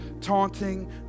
taunting